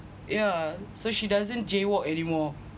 yeah so she doesn't jaywalk anymore